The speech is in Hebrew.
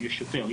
יש יותר,